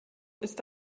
ist